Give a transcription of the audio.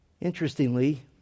Interestingly